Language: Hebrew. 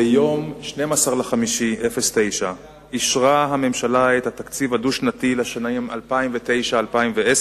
ב-12 במאי 2009 אישרה הממשלה את התקציב הדו-שנתי לשנים 2009 2010,